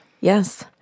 Yes